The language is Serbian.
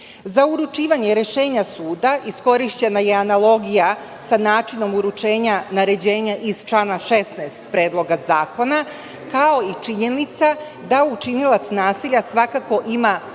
Za uručivanje rešenja suda iskorišćena je analogija sa načinom uručenja naređenja iz člana 16. Predloga zakona kao i činjenica da učinilac nasilja svakako ima